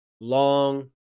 long